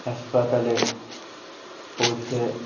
হাসপাতালে পৌঁছে